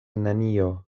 nenio